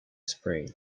spring